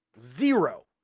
Zero